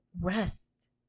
rest